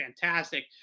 fantastic